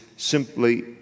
simply